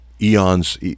eons